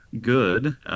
good